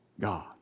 God